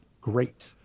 great